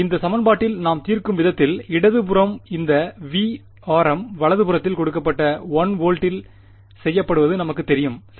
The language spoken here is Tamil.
இந்த சமன்பாட்டில் நாம் தீர்க்கும் விதத்தில் இடது புறம் இந்த V வலதுபுறம் கொடுக்கப்பட்ட 1 வோல்ட்டில் செய்யப்படுவது நமக்குத் தெரியும் சரி